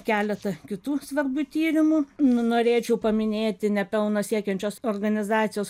keletą kitų svarbių tyrimu nu norėčiau paminėti ne pelno siekiančios organizacijos